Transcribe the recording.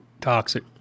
toxic